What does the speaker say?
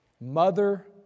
Mother